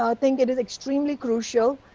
um think it is extremely crucial,